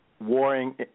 warring